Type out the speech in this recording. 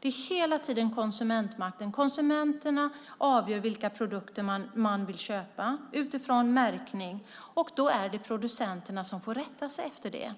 Det är hela tiden konsumentmakten det handlar om. Konsumenterna avgör vilka produkter man vill köpa utifrån märkning, och då är det producenterna som får rätta sig efter det.